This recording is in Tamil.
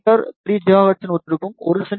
மீ 3 ஜிகாஹெர்ட்ஸுடன் ஒத்திருக்கும் 1 செ